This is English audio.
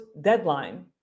deadline